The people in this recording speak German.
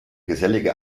gesellige